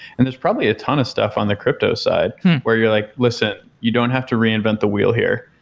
and there's probably a ton of stuff on the crypto side where you're like listen, you don't have to reinvent the wheel here.